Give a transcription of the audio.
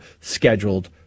scheduled